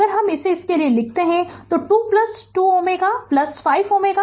अगर हम इसे इसके लिए लिखते है तो यह22 Ω5 Ω2 Ωहै